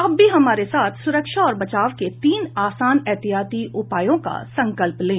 आप भी हमारे साथ सुरक्षा और बचाव के तीन आसान एहतियाती उपायों का संकल्प लें